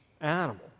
animal